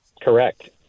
Correct